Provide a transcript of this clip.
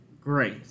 grace